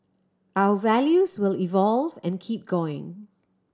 our values will evolve and keep going